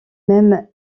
même